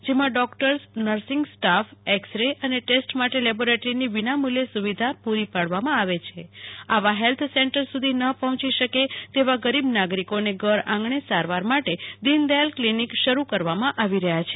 જેમાં doctors nursing staff X ray અને test માટે લેબોરેટરીની વિનોમૂલ્યે સુ વિધા પૂ રી પાડવામાં આવે છેઆવા હેલ્થ સેન્ટર સુધી ને પર્ફોચી શકે તેવા ગરીબ નાગરિકોને ઘર આંગણે સારવાર માટે દીન દયાલ ક્લિનીક શરૂ કરુવામાં આવી રહ્યા છે